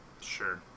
Sure